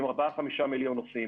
עם ארבעה-חמישה מיליון נוסעים.